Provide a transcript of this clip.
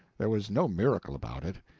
there was no miracle about it.